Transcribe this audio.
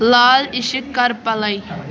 لال عشق کر پلے